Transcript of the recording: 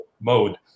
mode